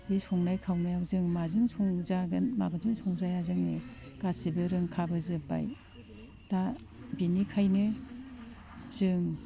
बे संनाय खावनायाव जों माजों संजागोन माजों संजाया जों गासैबो रोंखाबोजोबबाय दा बेनिखायनो जों